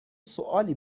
سوالی